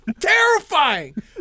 terrifying